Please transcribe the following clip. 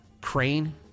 crane